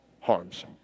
harms